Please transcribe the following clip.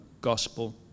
gospel